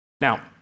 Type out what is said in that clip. now